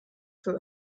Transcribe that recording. für